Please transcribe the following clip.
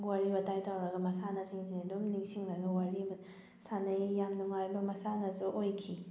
ꯋꯥꯔꯤ ꯋꯥꯇꯥꯏ ꯇꯧꯔꯒ ꯃꯁꯥꯟꯅꯁꯤꯡꯁꯤ ꯑꯗꯨꯝ ꯅꯤꯡꯁꯪꯂꯒ ꯋꯥꯔꯤ ꯑꯃ ꯁꯥꯟꯅꯩ ꯌꯥꯝ ꯅꯨꯉꯥꯏꯕ ꯃꯁꯥꯟꯅꯁꯨ ꯑꯣꯏꯈꯤ